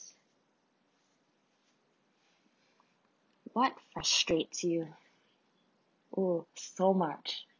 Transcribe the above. what frustrates you oh so much